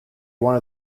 one